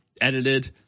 edited